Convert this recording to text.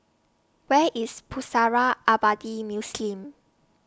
Where IS Pusara Abadi Muslim